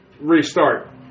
restart